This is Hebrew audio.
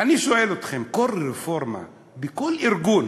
אני שואל אתכם: כל רפורמה בכל ארגון,